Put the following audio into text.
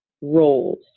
roles